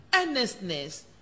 earnestness